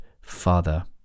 father